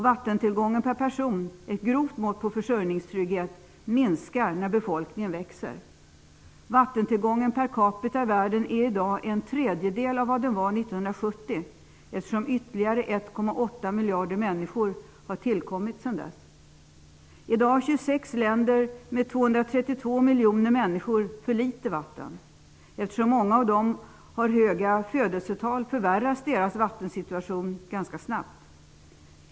Vattentillgången per person, ett grovt mått på försörjningstrygghet, minskar när befolkningen växer. Vattentillgången per capita i världen är i dag en tredjedel av vad den var år 1970, eftersom ytterligare 1,8 miljarder människor har tillkommit sedan dess. I dag har 26 länder med 232 miljoner människor för litet vatten. Eftersom många av dessa länder har höga födelsetal, förvärras deras vattensituation snabbt.